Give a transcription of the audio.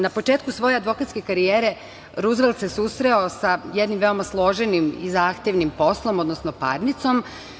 Na početku svoje advokatske karijere, Ruzvelt se susreo sa jednim veoma složenim i zahtevnim poslom, odnosno parnicom.